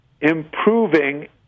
improving